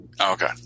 Okay